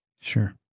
Sure